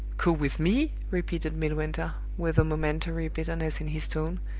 go with me! repeated midwinter, with a momentary bitterness in his tone,